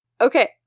Okay